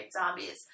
Zombies